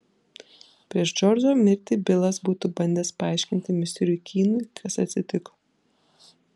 prieš džordžo mirtį bilas būtų bandęs paaiškinti misteriui kynui kas atsitiko